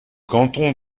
canton